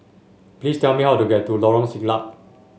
please tell me how to get to Lorong Siglap